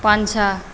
पाछाँ